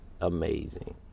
amazing